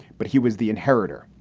but he was the inheritor.